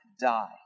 die